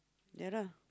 ya lah